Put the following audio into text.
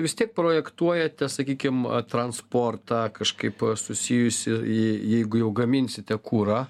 vistiek projektuojate sakykim transportą kažkaip susijusį jei jeigu jau gaminsite kurą